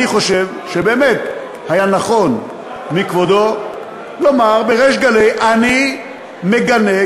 אני חושב שבאמת היה נכון מכבודו לומר בריש גלי: אני מגנה,